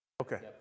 Okay